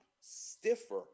stiffer